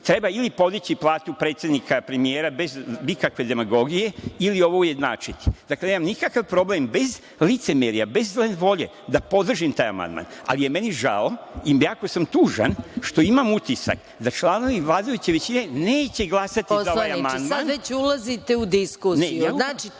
Treba, ili podići plate predsednika, premijera, bez ikakve demagogije, ili ovo ujednačiti. Dakle, nemam nikakav problem bez licemerja, bez zle volje, da podržimo taj amandman, ali mi je žao i mnogo sam tužan što imam utisak da članovi vladajuće većine neće glasati za ovaj amandman. **Maja Gojković** Poslaniče, sada već ulazite u diskusiju. To kako